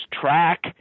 track